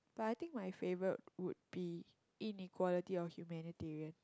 but I think my favourite would be Inequality of Humanitarian